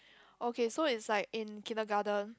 okay so it's like in kindergarten